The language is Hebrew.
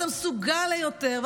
ואתה מסוגל יותר,